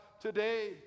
today